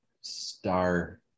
star